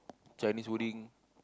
Chinese wording